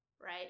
right